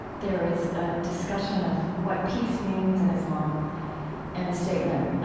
there is a discussion of what peace means in islam and a statement,